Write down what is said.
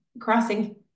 Crossing